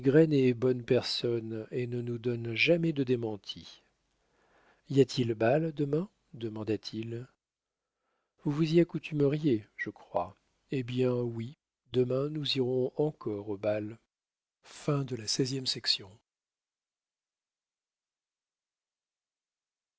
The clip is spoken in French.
est bonne personne et ne nous donne jamais de démentis y a-t-il bal demain demanda-t-il vous vous y accoutumeriez je crois hé bien oui demain nous irons encore au bal